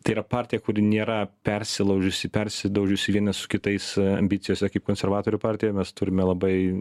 tai yra partija kuri nėra persilaužiusi persidaužiusi vieni su kitais ambicijose kaip konservatorių partijoj mes turime labai